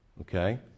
Okay